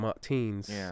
teens